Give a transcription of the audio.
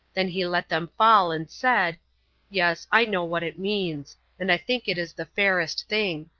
then he let them fall and said yes, i know what it means and i think it is the fairest thing.